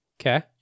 Okay